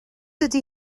ydy